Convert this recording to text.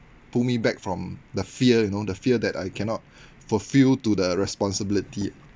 pull me back from the fear you know the fear that I cannot fulfill to the responsibility